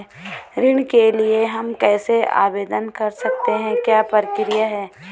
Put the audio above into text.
ऋण के लिए हम कैसे आवेदन कर सकते हैं क्या प्रक्रिया है?